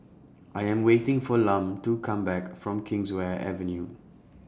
I Am waiting For Lum to Come Back from Kingswear Avenue